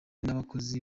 n’abakozi